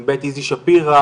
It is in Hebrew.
עם בית איזי שפירא,